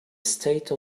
state